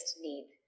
need